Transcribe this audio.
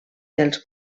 dels